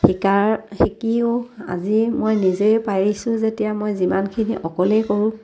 শিকাৰ শিকিও আজি মই নিজেই পাৰিছোঁ যেতিয়া মই যিমানখিনি অকলেই কৰোঁ